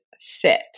fit